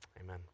amen